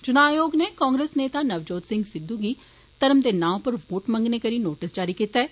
चुनां आयोग नै कांग्रेस नेता नवजोत सिंह सिंह गी धर्म दे नां उप्पर वोट मंगने करी नोटिस जारी कता ऐ